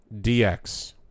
DX